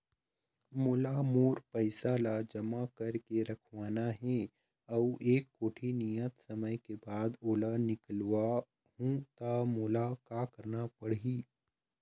मोला मोर पैसा ला जमा करके रखवाना हे अऊ एक कोठी नियत समय के बाद ओला निकलवा हु ता मोला का करना पड़ही?